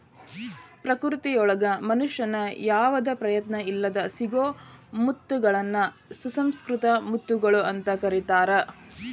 ಪ್ರಕೃತಿಯೊಳಗ ಮನುಷ್ಯನ ಯಾವದ ಪ್ರಯತ್ನ ಇಲ್ಲದ್ ಸಿಗೋ ಮುತ್ತಗಳನ್ನ ಸುಸಂಕೃತ ಮುತ್ತುಗಳು ಅಂತ ಕರೇತಾರ